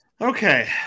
Okay